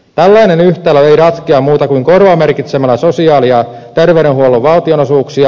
tällainen yhtälö ei ratkea muuta kuin korvamerkitsemällä sosiaali ja terveydenhuollon valtionosuuksia